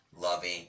loving